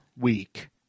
week